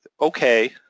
okay